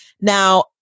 Now